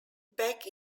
back